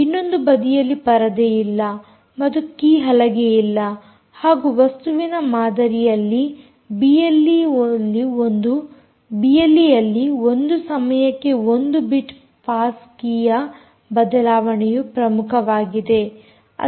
ಇನ್ನೊಂದು ಬದಿಯಲ್ಲಿ ಪರದೆಯಿಲ್ಲ ಮತ್ತು ಕೀ ಹಲಗೆಯಿಲ್ಲ ಹಾಗೂ ವಸ್ತುವಿನ ಮಾದರಿಯಲ್ಲಿ ಬಿಎಲ್ಈಯಲ್ಲಿ ಒಂದು ಸಮಯಕ್ಕೆ ಒಂದು ಬಿಟ್ ಪಾಸ್ ಕೀ ಯ ಬದಲಾವಣೆಯು ಪ್ರಮುಖವಾಗಿದೆ